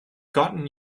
gotten